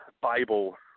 Bible